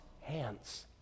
hands